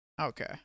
Okay